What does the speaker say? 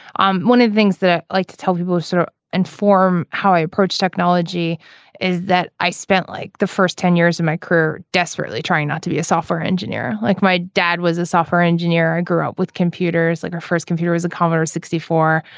um one of the things that i like to tell people sort of inform how i approach technology is that i spent like the first ten years of my career desperately trying not to be a software engineer like my dad was a software engineer. i grew up with computers like our first computer as a color sixty four.